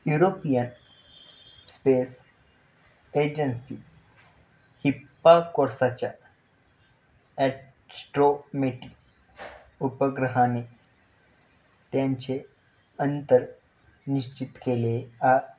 European space agency हिप्पाकोर्सच्या astrometry उपग्रहाने त्यांचे अंतर निश्चित केले आ